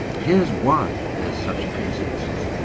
here's why there's such a consensus.